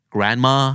Grandma